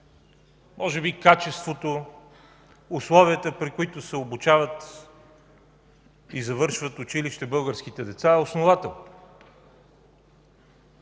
може би качеството, условията, при които се обучават и завършват училище българските деца, е основателно.